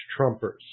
Trumpers